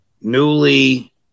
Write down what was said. newly